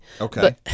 Okay